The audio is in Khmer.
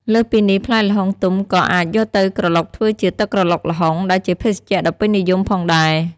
លើសពីនេះ ផ្លែល្ហុងទុំក៏អាចយកទៅក្រឡុកធ្វើជា ទឹកក្រឡុកល្ហុង ដែលជាភេសជ្ជៈដ៏ពេញនិយម ផងដែរ។